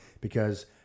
because-